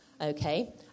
okay